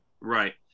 Right